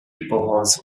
performs